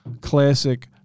classic